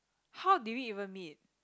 how did we even meet